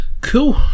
Cool